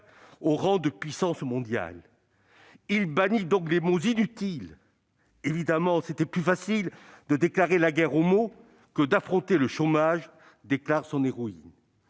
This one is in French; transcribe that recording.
au rang de puissance mondiale, bannit les mots inutiles. « Évidemment, c'était plus facile de déclarer la guerre aux mots que d'affronter le chômage !», déclare son héroïne